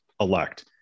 elect